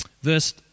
Verse